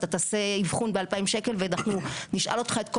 תעשה אבחון ב-2,000 שקלים ואנחנו נשאל אותך את כל